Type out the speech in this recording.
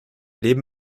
leben